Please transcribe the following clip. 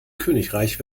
königreich